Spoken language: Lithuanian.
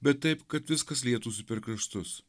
bet taip kad viskas lietųsi per kraštus